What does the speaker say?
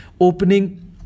opening